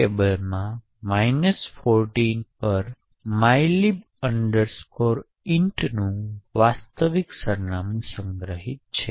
ટેબલમાં 14 પર mylib int નું વાસ્તવિક સરનામું સંગ્રહિત છે